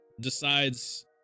decides